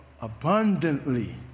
abundantly